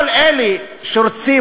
כל אלה שרוצים,